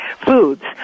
foods